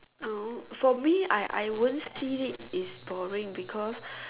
no for me I I won't see it as boring because